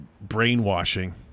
brainwashing